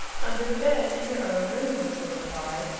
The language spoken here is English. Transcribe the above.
under the bed in your own room, was the reply.